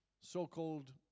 so-called